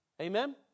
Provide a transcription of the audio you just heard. Amen